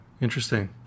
Interesting